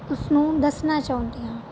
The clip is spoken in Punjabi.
ਉਸਨੂੰ ਦੱਸਣਾ ਚਾਹੁੰਦੀ ਹਾਂ